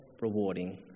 rewarding